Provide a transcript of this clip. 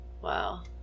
Wow